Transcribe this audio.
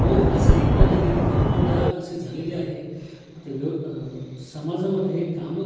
हो असे एकदा नाही भरपूरदा असे झालेले आहे आता व्य समाजामध्ये कामं